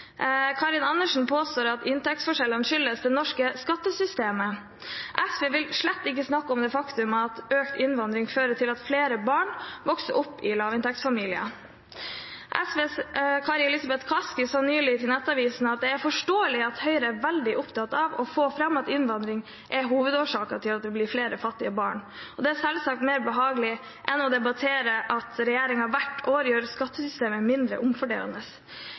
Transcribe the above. Karin Andersen påstår at inntektsforskjellene skyldes det norske skattesystemet. SV vil slett ikke snakke om det faktum at økt innvandring fører til at flere barn vokser opp i lavinntektsfamilier. SVs Kari Elisabeth Kaski sa nylig til Nettavisen: «Det er forståelig at Høyre er veldig opptatt av å få frem at innvandring er hovedårsaken til at det blir flere fattige barn. Det er selvsagt mer behagelig enn debatter om at regjeringen hvert år gjør skattesystemet mindre omfordelende.»